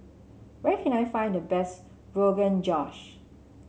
where can I find the best Rogan Josh